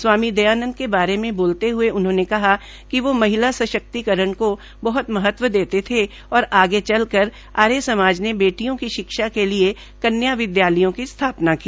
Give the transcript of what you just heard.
स्वामी दयानंद के बारे बोलते हुए उन्होंने कहा कि वो महिला सशक्तिकरण को बहत महत्व देते थे और आगे चलकर आर्य समाज ने बेटियों की शिक्षा के लिए कन्या विदयालयों की स्थापना की